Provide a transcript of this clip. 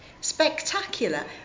Spectacular